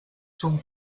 són